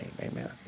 amen